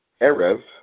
Erev